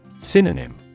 Synonym